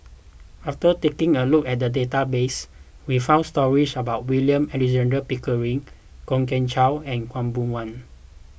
after taking a look at the database we found stories about William Alexander Pickering Kwok Kian Chow and Khaw Boon Wan